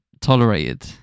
tolerated